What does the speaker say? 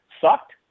sucked